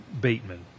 Bateman